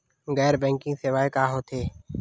गैर बैंकिंग सेवाएं का होथे?